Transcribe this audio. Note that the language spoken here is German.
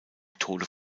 tode